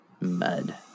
mud